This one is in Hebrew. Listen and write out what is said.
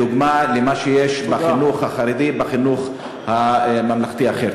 כדוגמת מה שיש בחינוך החרדי ובחינוך ממלכתי אחר.